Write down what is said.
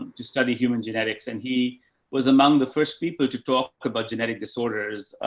to study human genetics. and he was among the first people to talk about genetic disorders.